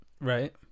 Right